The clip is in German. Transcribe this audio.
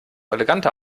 eleganter